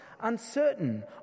uncertain